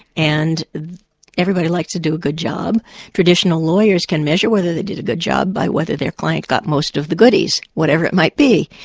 and everybody likes to do a good job traditional lawyers can measure whether they did a good job by whether their client got most of the goodies, whatever it might be,